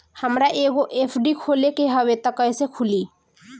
हमरा एगो एफ.डी खोले के हवे त कैसे खुली?